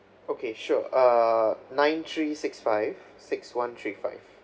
okay sure err nine three six five six one three five